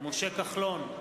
משה כחלון,